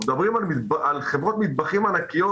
מדברים פה על חברות מטבחים ענקיות.